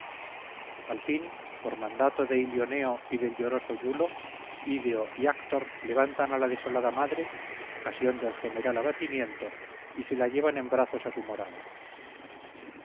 al fin por mandato de ilioneo y del lloroso iulo ideo y actor levantan a la desolada madre ocasión del general abatimiento y se la llevan en brazos a su morada